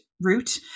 route